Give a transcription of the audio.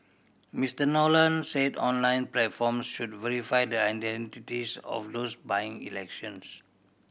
Mister Nolan said online platforms should verify the identities of those buying elections